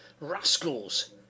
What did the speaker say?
Rascals